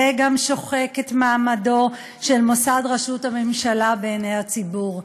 זה גם שוחק את מעמדו של מוסד ראשות הממשלה בעיני הציבור.